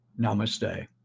namaste